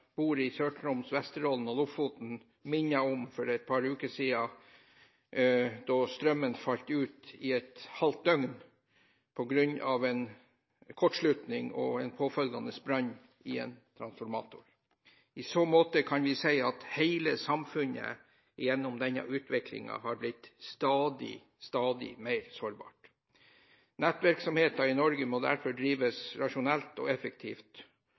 bor i Sør-Troms, Vesterålen og Lofoten minnet om for et par uker siden, da strømmen falt ut i et halvt døgn på grunn av en kortslutning og en påfølgende brann i en transformator. I så måte kan vi si at hele samfunnet gjennom denne utviklingen har blitt stadig mer sårbart. Nettvirksomheten i Norge må derfor drives rasjonelt og effektivt,